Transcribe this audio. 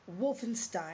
Wolfenstein